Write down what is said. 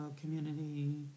community